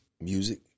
music